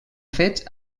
fets